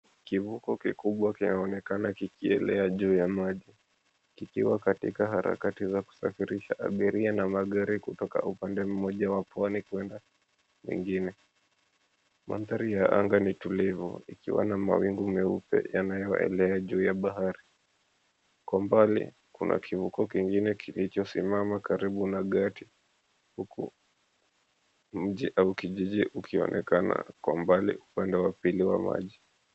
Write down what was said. Kivuko kikubwa kinaonekana kikilea juu ya maji, kikiwa katika harakati za kusafirisha abiria na magari kutoka upande mmoja wa pwani kwenda mwingine. Mandhari ya anga ni tulivu ikiwa na mawingu meupe yanayoelea juu ya bahari. Kwa umbali kuna kivuko kingine kilichosimama karibu na gati, huku mji au kijiji ukionekana kwa mbali upande wa pili wa maji.